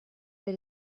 that